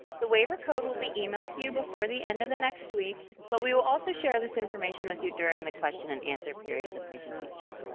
the waiver code will be emailed to you before the end of the next week, but we will also share this information with you during the question-and-answer period of the presentation.